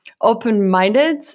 open-minded